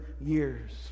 years